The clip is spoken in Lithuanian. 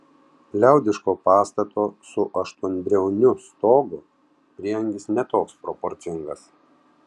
liaudiško pastato su aštuonbriauniu stogu prieangis ne toks proporcingas